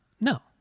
No